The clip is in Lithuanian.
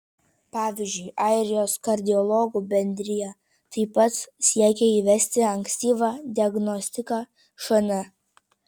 pavyzdžiui airijos kardiologų bendrija taip pat siekia įvesti ankstyvą diagnostiką šn